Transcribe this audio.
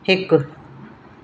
हिकु